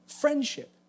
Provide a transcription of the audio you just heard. friendship